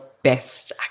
best